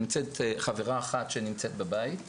חברה אחת שנמצאת בבית,